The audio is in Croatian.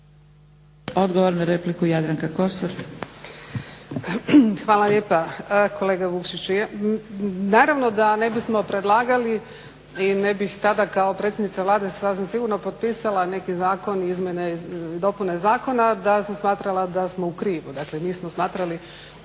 **Kosor, Jadranka (Nezavisni)** Hvala lijepa kolega Vukšiću. Naravno da ne bismo predlagali i ne bih tada kao predsjednica Vlade sasvim sigurno potpisala neki zakon izmjene i dopune zakona da sam smatrala da smo u krivu. Dakle, mi smo smatrali